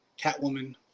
Catwoman